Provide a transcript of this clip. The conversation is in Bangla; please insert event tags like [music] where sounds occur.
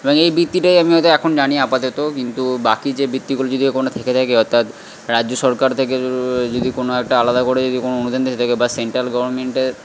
এবং এই বৃত্তিটাই আমি হয়তো এখন জানি আপাতত কিন্তু বাকি যে বৃত্তিগুলো যদি কোনোটা থেকে থাকে অর্থাৎ রাজ্য সরকার থেকে [unintelligible] যদি কোনো একটা আলাদা করে যদি কোনো অনুদান থেকে থাকে বা সেন্ট্রাল গভর্নমেন্টের